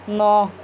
ন